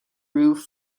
roof